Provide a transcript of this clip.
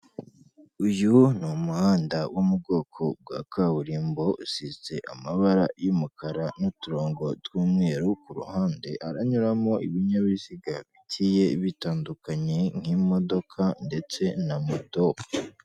Uyu ni umuhanda wo mu bwoko bwa kaburimbo, usize amabara y'umukara n'uturongo tw'umweru ku ruhande, haranyuramo ibinyabiziga bigiye bitandukanye nk'imodoka ndetse na moto.